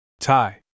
Thai